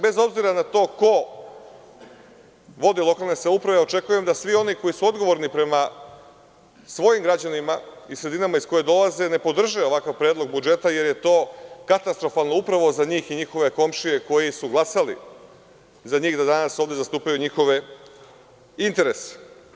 Bez obzira na to ko vodi lokalne samouprave očekujem da svi oni koji su odgovorni prema svojim građanima i sredinama iz koje dolaze, ne podrže ovakav predlog budžeta, jer je to katastrofalno upravo za njih i njihove komšije koji su glasali za njih, da danas ovde zastupaju njihove interese.